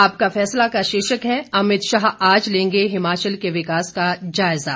आपका फैसला का शीर्षक है अमित शाह आज लेंगे हिमाचल के विकास का जायजा